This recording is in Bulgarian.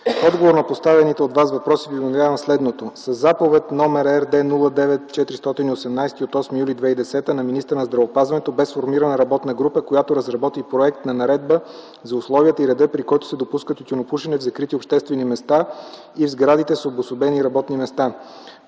отговор на поставените от Вас въпроси Ви уведомявам следното. Със Заповед № РД 09-418 от 8 юли 2010 г. на министъра на здравеопазването бе сформирана работна група, която разработи проект на наредба за условията и реда, при който се допуска тютюнопушене в закрити обществени места и сградите с обособени работни места.